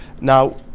Now